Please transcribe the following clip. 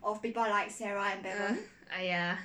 !aiya!